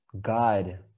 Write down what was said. God